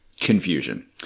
confusion